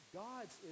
gods